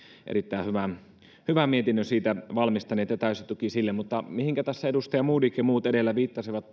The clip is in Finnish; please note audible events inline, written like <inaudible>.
erittäin hyvän mietinnön siitä valmistaneet ja täysi tuki sille mutta tässä edustaja modig poistui jo salista ja muut edellä viittasivat <unintelligible>